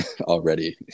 already